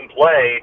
play